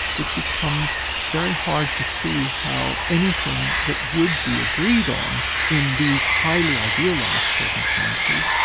it becomes very hard to see how anything that would be agreed on in these highly idealised circumstances,